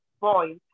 boys